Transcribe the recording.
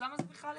למה זה בכלל אצלי?'